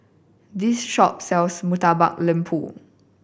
this shop sells Murtabak Lembu